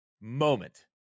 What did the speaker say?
moment